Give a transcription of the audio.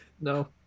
No